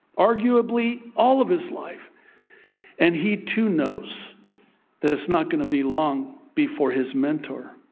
arguably all of his life and he, too, knows that it's not going to be long before his mentor,